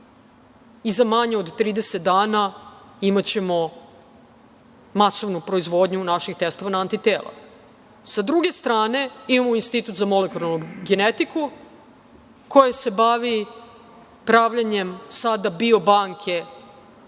i za manje od 30 dana imaćemo masovnu proizvodnju naših testova na antitela. Sa druge strane, imamo Institut za molekularnu genetiku koji se bavi pravljenjem sada genetičke